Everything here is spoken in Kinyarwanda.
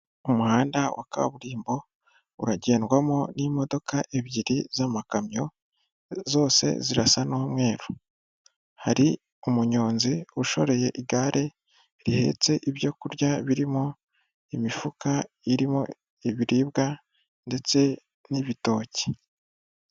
Umuhanda wa kaburimbo uragendwamo n'imodoka ebyiri z'amakamyo zose zirasa n'umweru, hari umunyonzi ushoreye igare rihetse ibyokurya birimo imifuka irimo ibiribwa ndetse n'ibitoki.